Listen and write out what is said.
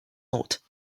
not